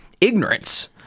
ignorance